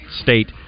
State